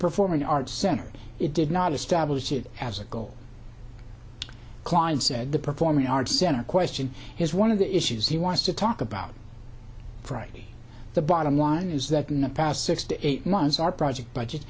performing arts center it did not establish it as a goal klein said the performing arts center question is one of the issues he wants to talk about from the bottom line is that in the past six to eight months our project budget